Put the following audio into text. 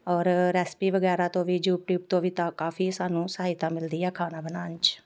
ਔਰ ਰੈਸਪੀ ਵਗੈਰਾ ਤੋਂ ਵੀ ਯੂਟਿਊਬ ਤੋਂ ਵੀ ਤਾਂ ਕਾਫ਼ੀ ਸਾਨੂੰ ਸਹਾਇਤਾ ਮਿਲਦੀ ਆ ਖਾਣਾ ਬਣਾਉਣ 'ਚ